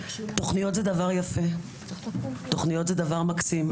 תוכניות זה דבר יפה, תוכניות זה דבר מקסים.